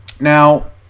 now